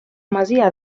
masia